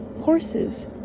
horses